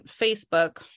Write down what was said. Facebook